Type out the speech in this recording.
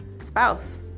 spouse